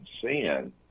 sin